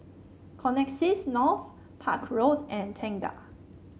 Connexis North Park Road and Tengah